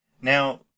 Now